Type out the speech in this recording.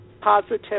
positive